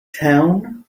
town